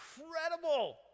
incredible